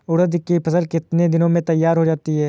उड़द की फसल कितनी दिनों में तैयार हो जाती है?